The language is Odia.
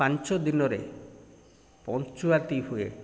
ପାଞ୍ଚ ଦିନରେ ପଞ୍ଚୁଆତି ହୁଏ